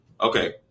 okay